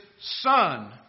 Son